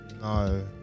No